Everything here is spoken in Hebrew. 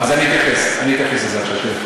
אתייחס לזה עכשיו.